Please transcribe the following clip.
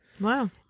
wow